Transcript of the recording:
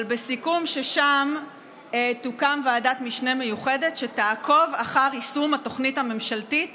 אבל סוכם שתוקם שם ועדת משנה מיוחדת שתעקוב אחר יישום התוכנית הממשלתית